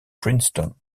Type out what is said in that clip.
princeton